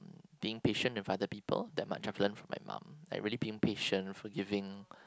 being patient with other people that much I've learnt from my mom like really being patient forgiving